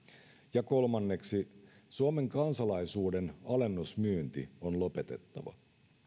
ja kolmanneksi suomen kansalaisuuden alennusmyynti on lopetettava